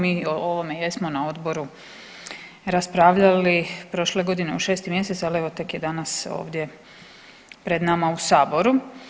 Mi o ovome jesmo na odboru raspravljali prošle godine u šesti mjesec, ali evo tek je danas ovdje pred nama u Saboru.